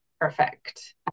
perfect